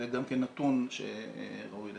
זה גם כן נתון שראוי לציין.